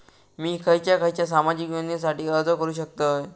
मी खयच्या खयच्या सामाजिक योजनेसाठी अर्ज करू शकतय?